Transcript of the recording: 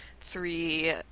three